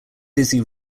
dizzy